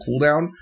cooldown